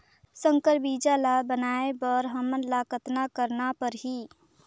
संकर बीजा ल बनाय बर हमन ल कतना करना परही?